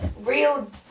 real